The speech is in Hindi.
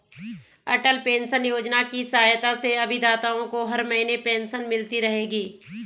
अटल पेंशन योजना की सहायता से अभिदाताओं को हर महीने पेंशन मिलती रहेगी